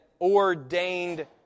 ordained